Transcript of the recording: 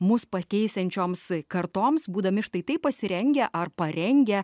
mus pakeisiančioms kartoms būdami štai taip pasirengę ar parengę